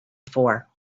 for